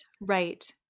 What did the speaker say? right